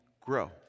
grow